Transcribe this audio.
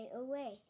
away